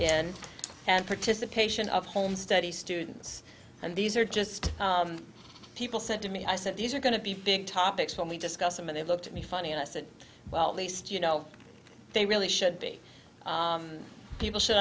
in and participation of home study students and these are just people said to me i said these are going to be big topics when we discuss them and they looked at me funny and i said well at least you know they really should be people should